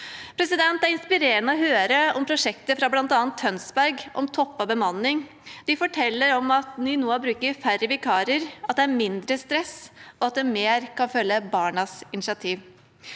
for ungene. Det er inspirerende å høre om prosjekter fra bl.a. Tønsberg, om toppet bemanning. De forteller om at de nå bruker færre vikarer, at det er mindre stress, og at de mer kan følge barnas initiativ.